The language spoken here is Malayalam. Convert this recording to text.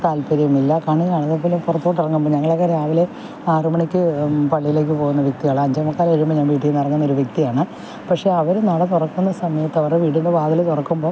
താല്പര്യമില്ല കണി കാണുന്നത് പോലും പുറത്തോട്ട് ഇറങ്ങുമ്പോൾ ഞങ്ങളൊക്കെ രാവിലെ ആറുമണിക്ക് പള്ളിയിലേക്ക് പോകുന്ന വ്യക്തികളാണ് അഞ്ചെ മുക്കാൽ കഴിയുമ്പോൾ ഞാൻ വീട്ടിൽ നിന്ന് ഇറങ്ങുന്നൊരു വ്യക്തിയാണ് പക്ഷേ അവർ നട തുറക്കുന്ന സമയത്ത് അവരുടെ വീടിൻ്റെ വാതിൽ തുറക്കുമ്പോൾ